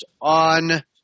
on